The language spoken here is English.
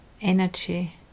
energy